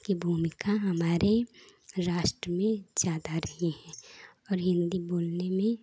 हमारे राष्ट्र में ज़्यादा रही है और हिन्दी बोलने में